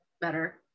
better